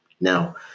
Now